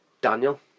Daniel